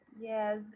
Yes